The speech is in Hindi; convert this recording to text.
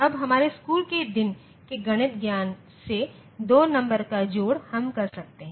अब हमारे स्कूल के दिन के गणित ज्ञान से 2 नंबर का जोड़ हम कर सकते हैं